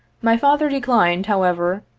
my father declined, however,